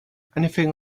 anything